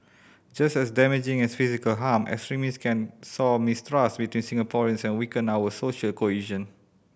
just as damaging as physical harm extremists can sow mistrust between Singaporeans and weaken our social cohesion